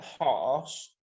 harsh